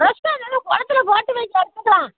extra இருந்தாலும் குளத்துல போட்டு வைங்க எடுத்துக்கலாம்